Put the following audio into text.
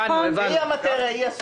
זה המאטריה.